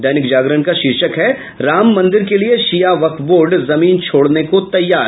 दैनिक जागरण का शीर्षक है राम मंदिर के लिये शिया वक्फ बोर्ड जमीन छोड़ने का तैयार